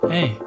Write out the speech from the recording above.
Hey